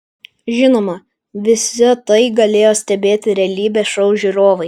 žinoma visa tai galėjo stebėti realybės šou žiūrovai